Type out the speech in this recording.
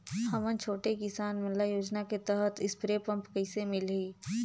हमन छोटे किसान मन ल योजना के तहत स्प्रे पम्प कइसे मिलही?